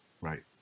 right